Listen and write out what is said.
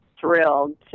thrilled